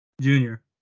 Junior